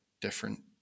different